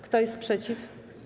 Kto jest przeciw?